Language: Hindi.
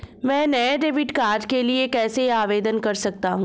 मैं नए डेबिट कार्ड के लिए कैसे आवेदन कर सकता हूँ?